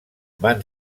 van